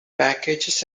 packages